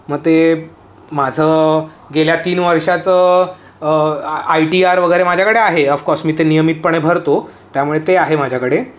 मं ते माझं गेल्या तीन वर्षाचं आयटीआर वगरे माझ्याकडे आहे ऑफकॉर्स मी ते नियमितपणे भरतो त्यामुळे ते आहे माझ्याकडे